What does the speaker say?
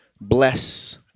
bless